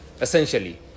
essentially